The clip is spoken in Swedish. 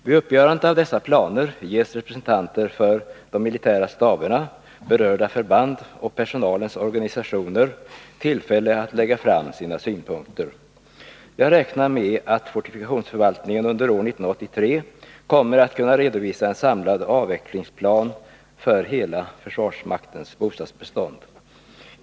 Vid uppgörandet av dessa planer ges representanter för de militära staberna, berörda förband och personalens organisationer tillfälle att lägga fram sina synpunkter. Jag räknar med att fortifikationsförvaltningen under år 1983 kommer att kunna redovisa en samlad avvecklingsplan för hela försvarsmaktens bostadsbestånd.